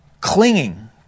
clinging